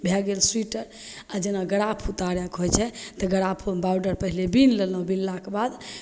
भै गेल सोइटर आओर जेना ग्राफ उतारैके होइ छै तऽ ग्राफमे बॉडर पहिले बिनि लेलहुँ बिनलाके बाद